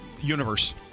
universe